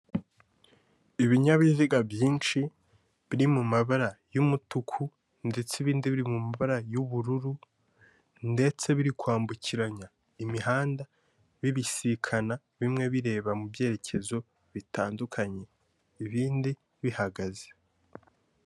Ibinyabiziga byinshi biri mu mabara y'umutuku ndetse ibindi biri mu mbara y'ubururu, ndetse biri kwambukiranya imihanda, bibisikana, bimwe bireba mu byerekezo bitandukanye, ibindi bihagaze.